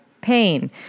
Pain